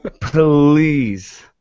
Please